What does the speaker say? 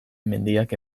mendiak